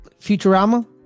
Futurama